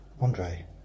Andre